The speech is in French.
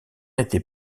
était